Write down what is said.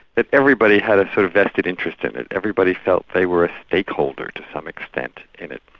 that everybody had a sort of vested interest in it, everybody felt they were a stakeholder to some extent in it,